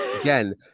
again